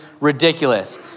ridiculous